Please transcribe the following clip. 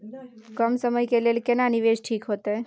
कम समय के लेल केना निवेश ठीक होते?